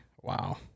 wow